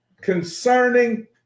concerning